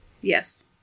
Yes